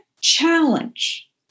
challenge